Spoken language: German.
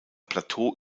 plateau